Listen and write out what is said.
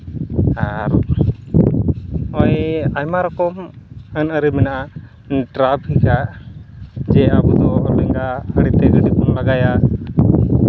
ᱟᱨ ᱱᱚᱜᱼᱚᱸᱭ ᱟᱭᱢᱟ ᱨᱚᱠᱚᱢ ᱟᱹᱱ ᱟᱹᱨᱤ ᱢᱮᱱᱟᱜᱼᱟ ᱴᱨᱟᱯᱷᱤᱠᱟᱜ ᱡᱮ ᱟᱵᱚ ᱫᱚ ᱜᱟᱹᱰᱤ ᱵᱚᱱ ᱞᱟᱜᱟᱭᱟ